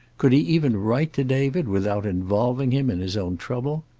could he even write to david, without involving him in his own trouble?